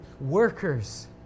workers